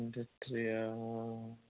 टुविनटिथ्रिआव